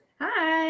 Hi